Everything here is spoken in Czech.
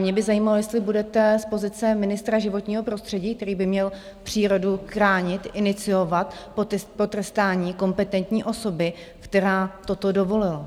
Mě by zajímalo, jestli budete z pozice ministra životního prostředí, který by měl přírodu chránit, iniciovat potrestání kompetentní osoby, která toto dovolila.